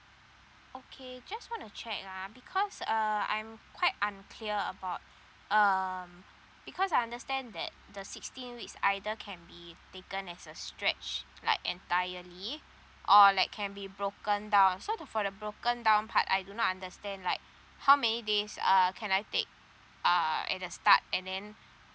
okay just want to check ah because uh I'm quite unclear about um because I understand that the sixteen weeks either can be taken as a stretch like entirely or like can be broken down so the for the broken down part I do not understand like how many days uh can I take uh at the start and then